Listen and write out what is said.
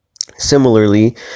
Similarly